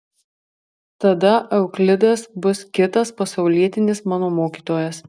tada euklidas bus kitas pasaulietinis mano mokytojas